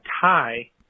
tie